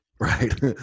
right